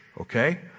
okay